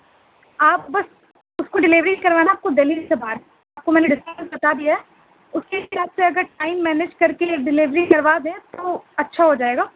آپ بس اس کو ڈلیوری کروانا آپ کو دہلی سے باہر آپ کو میں نے ڈسکاؤنٹ بتا دیا ہے اس کے حساب سے اگر ٹائم مینج کر کے ڈلیوری کروا دیں تو اچھا ہو جائے گا